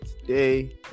today